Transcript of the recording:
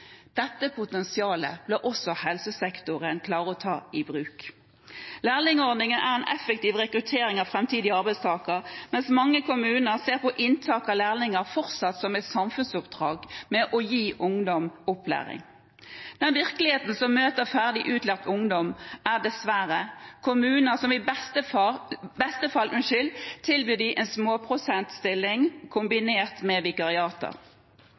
Dette potensialet bør også helsesektoren klare å ta i bruk. Lærlingordningen er en effektiv rekruttering av framtidige arbeidstakere, mens mange kommuner fortsatt ser på inntak av lærlinger som et samfunnsoppdrag for å gi ungdom opplæring. Den virkeligheten som møter ferdig utlært ungdom, er dessverre kommuner som i beste fall tilbyr dem en småprosent-stilling kombinert med vikariater.